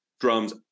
drums